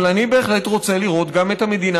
אבל אני בהחלט רוצה לראות גם את המדינה